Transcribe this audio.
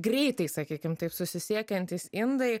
greitai sakykim taip susisiekiantys indai